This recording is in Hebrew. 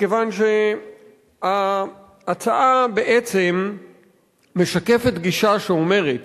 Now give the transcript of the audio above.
מכיוון שההצעה משקפת גישה שאומרת